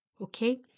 okay